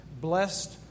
Blessed